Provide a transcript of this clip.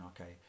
okay